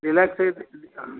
deluxe ಇದು